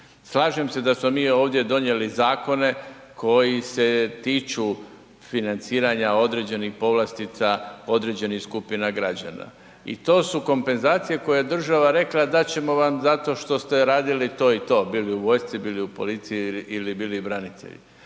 Slažem se da smo mi ovdje donijeli zakone koji se tiču financiranja određenih povlastica, određenih skupina građana i to su kompenzacije koje je država rekla dat ćemo vam zato što ste radili to i to, bili u vojsci, bili u policiji ili bili branitelji.